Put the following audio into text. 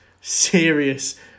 serious